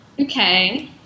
Okay